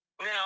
now